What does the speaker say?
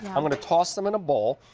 and um and toss them in a bowl.